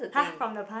!huh! from the past